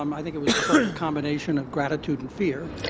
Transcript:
um i think it was just sort of a combination of gratitude and fear.